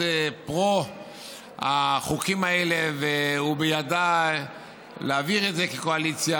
פרו החוקים האלה ובידה להעביר את זה כקואליציה,